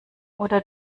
oder